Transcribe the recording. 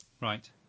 Right